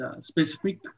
specific